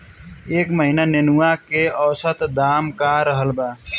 एह महीना नेनुआ के औसत दाम का रहल बा?